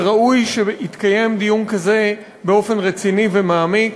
וראוי שיתקיים דיון כזה באופן רציני ומעמיק,